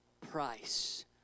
price